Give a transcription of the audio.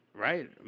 Right